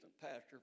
pastor